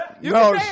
No